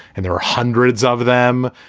and there are hundreds of them.